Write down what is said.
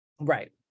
Right